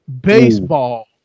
baseball